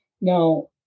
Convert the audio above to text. Now